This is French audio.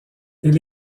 elle